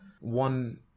one